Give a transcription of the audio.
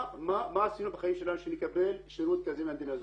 מה עשינו בחיים שלנו שנקבל שירות כזה מהמדינה הזאת?